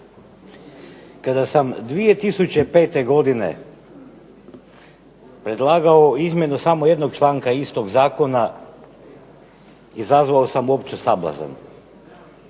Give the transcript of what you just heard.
Kada sam 2005. godine predlagao izmjenu samo jednog članka istog zakona izazvao sam opću sablazan